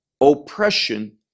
Oppression